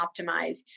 optimize